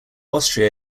austria